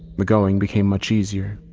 the going became much easier.